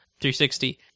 360